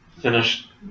Finished